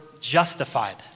justified